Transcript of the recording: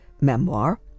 memoir